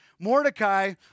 Mordecai